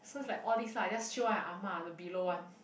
so was like all this lah I just show ah ah ma the below one